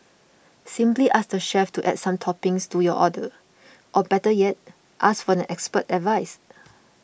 simply ask the chef to add some toppings to your order or better yet ask for the expert's advice